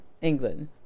england